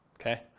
Okay